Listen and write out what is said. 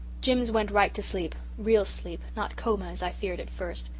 jims went right to sleep real sleep, not coma, as i feared at first.